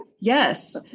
Yes